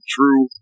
True